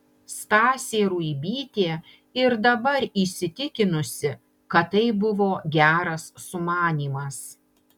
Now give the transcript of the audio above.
stasė ruibytė ir dabar įsitikinusi kad tai buvo geras sumanymas